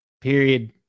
Period